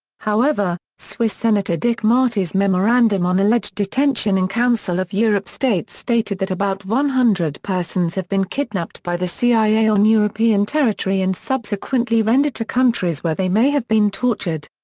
however, swiss senator dick marty's memorandum on alleged detention in council of europe states stated that about one hundred persons have been kidnapped by the cia on european territory and subsequently rendered to countries where they may have been tortured.